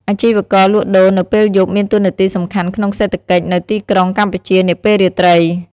អាជីវករលក់ដូរនៅពេលយប់មានតួនាទីសំខាន់ក្នុងសេដ្ឋកិច្ចនៅទីក្រុងកម្ពុជានាពេលរាត្រី។